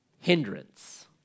hindrance